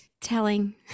telling